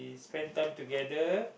spend time together